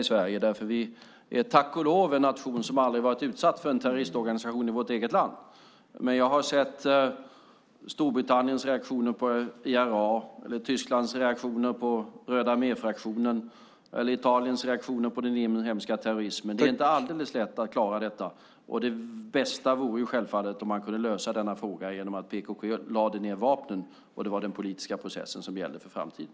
Vi är en nation som, tack och lov, aldrig har varit utsatt för en terroristorganisation i vårt eget land. Jag har sett Storbritanniens reaktioner på IRA, Tysklands reaktioner på rödaarméfraktionen och Italiens reaktion på den inhemska terrorismen. Det är inte alldeles lätt att klara detta. Det bästa vore självfallet om man kunde lösa frågan genom att PKK lade ned vapnen och det var den politiska processen som gällde för framtiden.